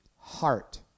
heart